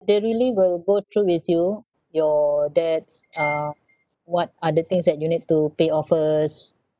they really will go through with you your debts uh what are the things that you need to pay off first